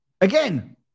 Again